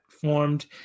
formed